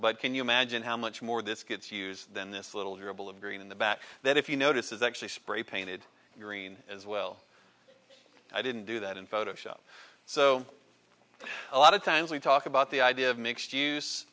but can you imagine how much more of this gets used in this little dribble of green in the back that if you notice is actually spray painted green as well i didn't do that in photoshop so a lot of times we talk about the idea of mixed use